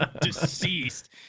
deceased